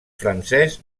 francés